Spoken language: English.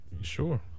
sure